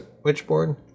switchboard